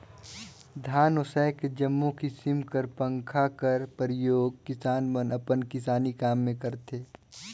धान ओसाए के जम्मो किसिम कर पंखा कर परियोग किसान मन अपन किसानी काम मे करथे